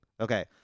Okay